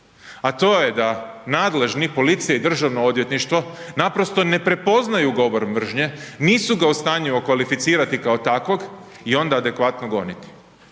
a to je da nadležni policija i državno odvjetništvo naprosto ne prepoznaju govor mržnje, nisu ga u stanju okvalificirati kao takvog i onda adekvatno goniti.